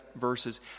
verses